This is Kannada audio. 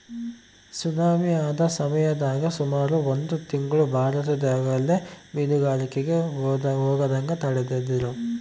ಸುನಾಮಿ ಆದ ಸಮಯದಾಗ ಸುಮಾರು ಒಂದು ತಿಂಗ್ಳು ಭಾರತದಗೆಲ್ಲ ಮೀನುಗಾರಿಕೆಗೆ ಹೋಗದಂಗ ತಡೆದಿದ್ರು